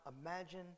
imagine